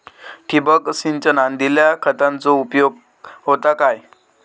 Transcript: ठिबक सिंचनान दिल्या खतांचो उपयोग होता काय?